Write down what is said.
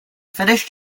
finished